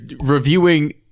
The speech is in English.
reviewing